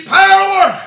power